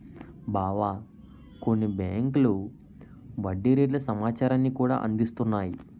బావా కొన్ని బేంకులు వడ్డీ రేట్ల సమాచారాన్ని కూడా అందిస్తున్నాయి